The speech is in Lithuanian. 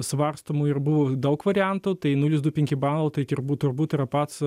svarstoma ir buvo daug variantų tai nulis du penki balo turbūt turbūt yra pats